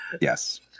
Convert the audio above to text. Yes